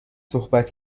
صحبت